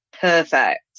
perfect